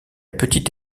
petite